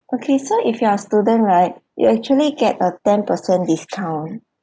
okay so if you are student right you'll actually get a ten percent discount